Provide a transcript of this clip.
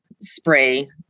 spray